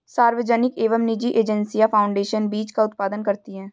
सार्वजनिक एवं निजी एजेंसियां फाउंडेशन बीज का उत्पादन करती है